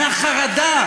מהחרדה,